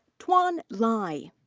tuan lai.